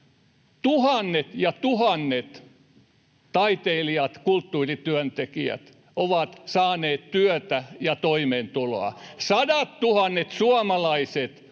tuhannet ja tuhannet taiteilijat ja kulttuurityöntekijät ovat saaneet työtä ja toimeentuloa. Sadattuhannet suomalaiset